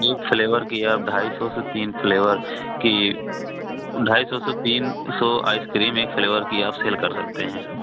एक फ्लेवर की आप ढाई सौ से तीन फ्लेवर की ढाई सौ से तीन सौ आइसक्रीम एक फ्लेवर की आप सेल कर सकते हैं